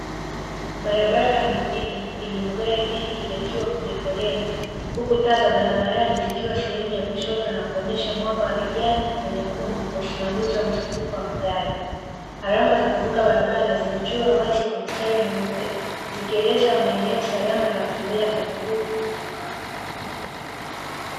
Barabara ya mjini yenye magari mengi ya kiwa kwenye foleni. Huku taa za barabarani, zikiwa sehemu ya kushoto na kuonesha mwanga wa kijani na nyekundu, kwa usimamizi wa mzunguko wa magari . Alama za kuvuka barabara zime chorwa wazi kwa mstari mweupe zikieleza maeneo salama ya watembea kwa miguu, kuvuka.